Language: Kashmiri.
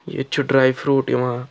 ییٚتہِ چھُ ڈرٛے فرٛوٗٹ یِوان